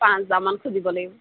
পাঁচ হাজাৰমান খুজিব লাগিব